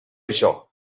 això